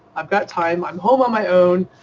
i've got time, i'm home on my own,